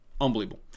unbelievable